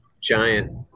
giant